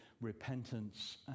repentance